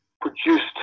produced